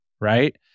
right